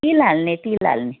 तिल हाल्ने तिल हाल्ने